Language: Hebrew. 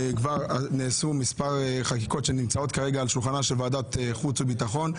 נעשו מספר חקיקות שנמצאות כרגע על שולחנה של ועדת החוץ והביטחון.